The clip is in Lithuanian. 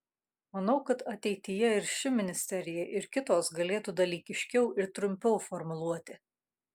manau kad ateityje ir ši ministerija ir kitos galėtų dalykiškiau ir trumpiau formuluoti